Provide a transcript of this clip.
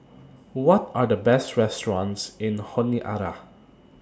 What Are The Best restaurants in Honiara